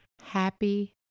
Happy